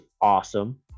awesome